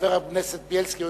לחבר הכנסת בילסקי,